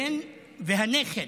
(אומר בערבית: אשתו,) הבן והנכד.